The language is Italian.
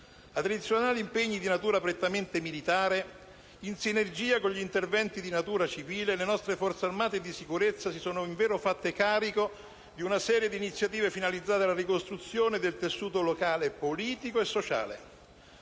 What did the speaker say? Ai tradizionali impegni di natura prettamente militare, in sinergia con gli interventi di natura civile, le nostre Forze armate e di sicurezza si sono invero fatte carico di una serie di iniziative finalizzate alla ricostruzione del tessuto locale, politico e sociale.